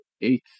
eighth